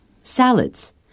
Salads